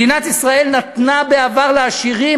מדינת ישראל נתנה בעבר לעשירים,